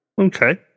Okay